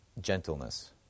gentleness